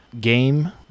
game